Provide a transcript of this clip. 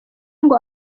ngo